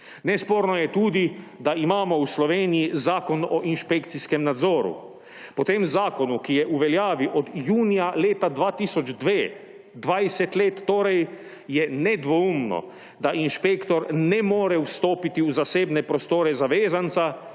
Nesporno je tudi, da imamo v Sloveniji Zakon o inšpekcijskem nadzoru. Po tem zakonu, ki je v veljavi od junija leta 2002, 20 let torej, je nedvoumno, da inšpektor ne more vstopiti v zasebne prostore zavezanca